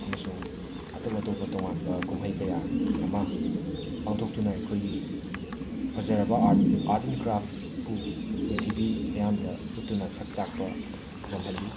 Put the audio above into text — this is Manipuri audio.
ꯑꯃꯁꯨꯡ ꯑꯇꯣꯞ ꯑꯇꯣꯞꯄ ꯇꯣꯉꯥꯟꯕ ꯀꯨꯝꯍꯩ ꯀꯌꯥ ꯑꯃ ꯄꯥꯡꯊꯣꯛꯇꯨꯅ ꯑꯩꯈꯣꯏꯒꯤ ꯐꯖꯔꯕ ꯑꯥꯔꯠ ꯑꯥꯔꯠ ꯑꯦꯟ ꯀ꯭ꯔꯥꯐ ꯄꯨ ꯄ꯭ꯔꯤꯇꯤꯕꯤ ꯃꯤꯌꯥꯝꯗ ꯎꯠꯇꯨꯅ ꯁꯛ ꯇꯥꯛꯄ ꯉꯝꯍꯜꯂꯤ